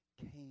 came